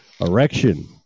erection